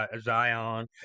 Zion